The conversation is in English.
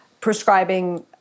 prescribing